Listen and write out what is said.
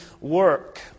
work